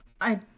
I-